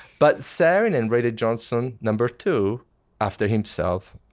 but saarinen rated johnson number two after himself,